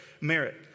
merit